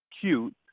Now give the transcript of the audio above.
cute